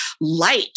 light